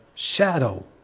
shadow